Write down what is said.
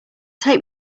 take